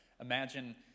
imagine